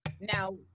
Now